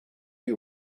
you